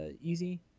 easy